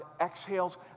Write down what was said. exhales